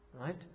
Right